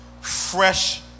fresh